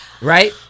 right